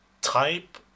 type